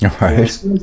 right